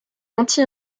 anti